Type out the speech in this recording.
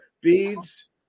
beads